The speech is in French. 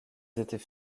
étaient